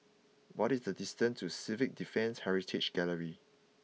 what is the distance to Civil Defence Heritage Gallery